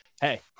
Hey